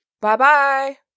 Bye-bye